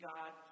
God